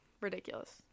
Ridiculous